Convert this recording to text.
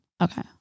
Okay